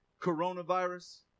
coronavirus